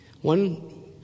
One